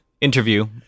interview